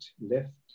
left